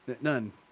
None